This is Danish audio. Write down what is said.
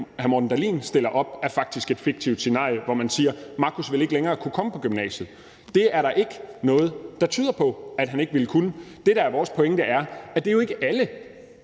hr. Morten Dahlin stiller op, er faktisk et fiktivt scenarie, hvor man siger: Marcus vil ikke længere kunne komme på gymnasiet. Det er der ikke noget der tyder på at han ikke vil kunne. Det, der er vores pointe, er, at det jo ikke er